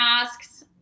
asks